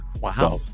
Wow